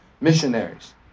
Missionaries